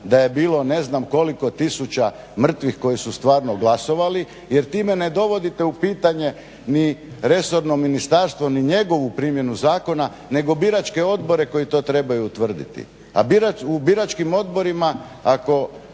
da je bilo ne znam koliko tisuća mrtvih koji su stvarno glasovali jer time ne dovodite u pitanje ni resorno ministarstvo ni njegovu primjenu zakona nego biračke odbore koji to trebaju utvrditi, a u biračkim odborima ako